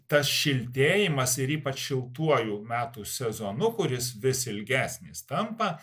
tas šiltėjimas ir ypač šiltuoju metų sezonu kuris vis ilgesnis tampa